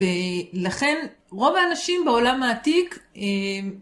ולכן רוב האנשים בעולם העתיק...